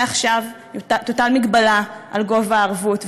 מעכשיו תוטל מגבלה על גובה הערבות,